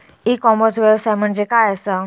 E commerce व्यवसाय म्हणजे काय असा?